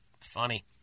Funny